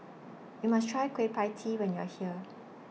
YOU must Try Kueh PIE Tee when YOU Are here